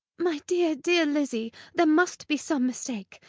my dear, dear lizzy. there must be some mistake.